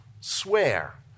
Swear